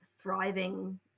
thriving